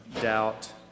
doubt